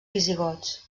visigots